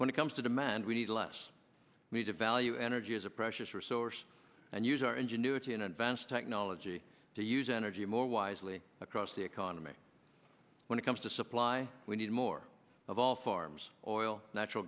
when it comes to demand we need less we need to value energy as a precious resource and use our ingenuity in advanced technology to use energy more wisely across the economy when it comes to supply we need more of all farms oil natural